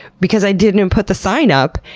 because i didn't put the sign up!